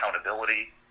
accountability